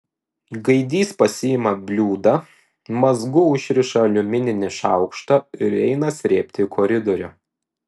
gaidys pasiima bliūdą mazgu užrištą aliumininį šaukštą ir eina srėbti į koridorių